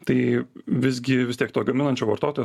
tai visgi vis tiek to gaminančio vartotojo